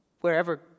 wherever